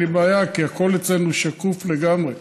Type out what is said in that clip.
אין לי בעיה, כי הכול אצלנו שקוף לגמרי.